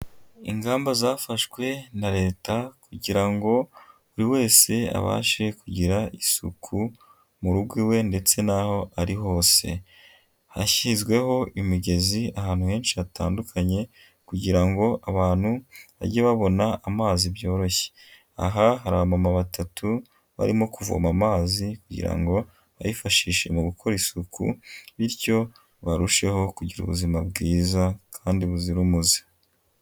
Ingamba zafashwe na Leta kugira ngo buri wese abashe kugira isuku mu rugo iwe ndetse n'aho ari hose. Hashyizweho imigezi ahantu henshi hatandukanye kugira ngo abantu bajye babona amazi byoroshye. Aha hari abama batatu barimo kuvoma amazi kugira ngo bayifashishe mu gukora isuku bityo barusheho kugira ubuzima bwiza kandi buzira umuze.